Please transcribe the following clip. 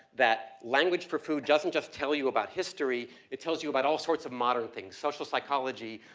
that, language for food doesn't just tell you about history, it tells you about all sorts of modern things, social psychology,